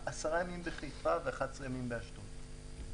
עשרה ימים בחיפה ו-11 ימים באשדוד.